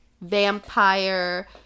vampire